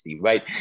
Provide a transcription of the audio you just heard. right